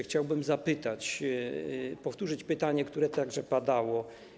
Chciałbym zapytać, powtórzyć pytanie, które także padało.